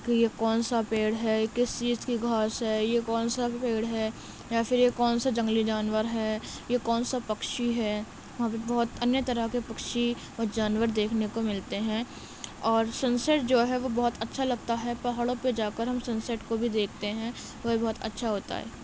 کہ یہ کون سا پیڑ ہے کس چیز کی گھاس ہے یہ کون سا پیڑ ہے یا پھر یہ کون سا جنگلی جانور ہے یہ کون سا پکشی ہے وہاں پہ بہت انیہ طرح کے پکشی اور جانور دیکھنے کو ملتے ہیں اور سن سیٹ جو ہے وہ بہت اچھا لگتا ہے پہاڑوں پہ جا کر ہم سن سیٹ کو بھی دیکھتے ہیں وہ بھی بہت اچھا ہوتا ہے